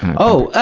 oh,